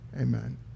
Amen